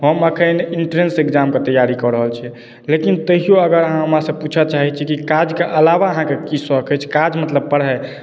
हम एखन एन्ट्रेन्स एक्जामके तैआरी कऽ रहल छिए लेकिन तैओ अहाँ हमरासँ पूछै चाहे छी कि काजके अलावा अहाँके की शौक अछि काज मतलब पढ़ाइ